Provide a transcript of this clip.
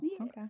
okay